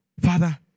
Father